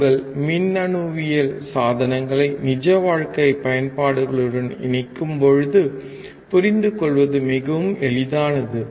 உங்கள் மின்னணுவியல் சாதனங்களை நிஜ வாழ்க்கை பயன்பாடுகளுடன் இணைக்கும்போது புரிந்துகொள்வது மிகவும் எளிதானது